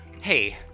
Hey